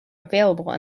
available